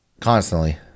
Constantly